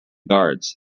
guards